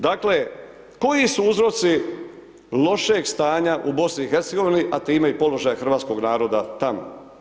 Dakle, koji su uzroci lošeg stanja u BiH a time i položaja hrvatskog naroda tamo?